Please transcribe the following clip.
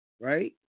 Right